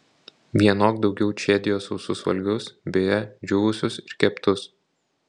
vienok daugiau čėdijo sausus valgius beje džiūvusius ir keptus